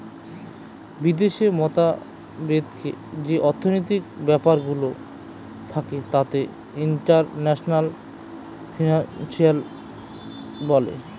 বিদেশ মতাবেকে যে অর্থনৈতিক ব্যাপারগুলো থাকে তাকে ইন্টারন্যাশনাল ফিন্যান্স বলে